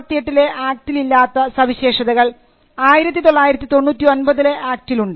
1958 ലെ ആക്ടിലില്ലാത്ത ചില പ്രധാന സവിശേഷതകൾ 1999 ലെ ആക്ടിൽ ഉണ്ട്